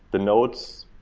the nodes,